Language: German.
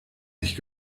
nicht